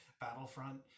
battlefront